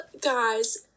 guys